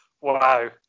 Wow